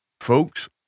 Folks